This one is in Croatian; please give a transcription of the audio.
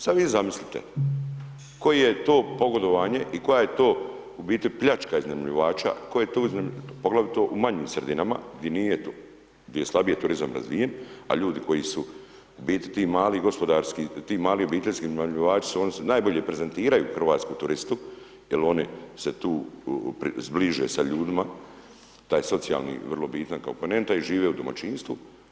Sad vi zamislite koje je to pogodovanje i koja je to u biti pljačka iznajmljivača ko je tu, poglavito u manjim sredinama gdje nije to, gdje je slabije turizam razvijen, a ljudi koji su u biti ti mali gospodarski, ti mali obiteljski iznajmljivači oni su najbolje prezentiraju hrvatsku turistu jel oni se tu zbliže sa ljudima, taj socijalni vrlo bitna komponenta i žive u domaćinstvu.